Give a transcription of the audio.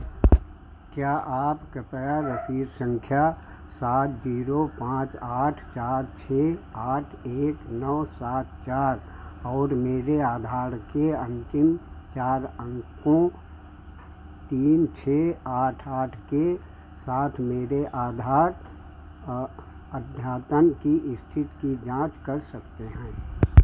क्या आप कृपया रसीद संख्या सात जीरो पाँच आठ चार छः आठ एक नौ सात चार और मेरे आधार के अन्तिम चार अंकों तीन छः आठ आठ के साथ मेरे आधार अध्यातन की स्थित की जाँच कर सकते हैं